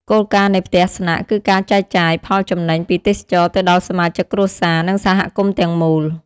គោលការណ៍នៃផ្ទះស្នាក់គឺការចែកចាយ ផលចំណេញ ពីទេសចរណ៍ទៅដល់សមាជិកគ្រួសារ និងសហគមន៍ទាំងមូល។